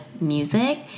music